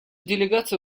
делегация